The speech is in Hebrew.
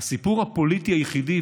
הסיפור הפוליטי היחידי,